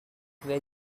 where